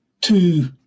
two